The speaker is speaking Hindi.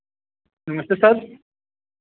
नमस्ते सर